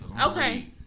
Okay